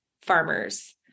farmers